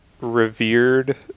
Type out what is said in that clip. revered